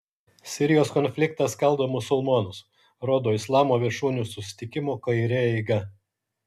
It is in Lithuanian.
sirijos konfliktas skaldo musulmonus rodo islamo viršūnių susitikimo kaire eiga